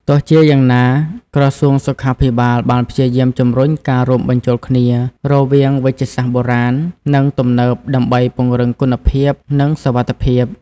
ទោះជាយ៉ាងណា ក្រសួងសុខាភិបាលបានព្យាយាមជំរុញការរួមបញ្ចូលគ្នារវាងវេជ្ជសាស្ត្របុរាណនិងទំនើបដើម្បីពង្រឹងគុណភាពនិងសុវត្ថិភាព។